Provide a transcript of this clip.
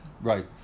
Right